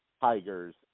Tigers